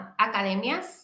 academias